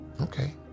Okay